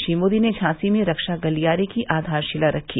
श्री मोदी ने झांसी में रक्षा गलियारे की आधारशिला रखी